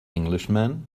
englishman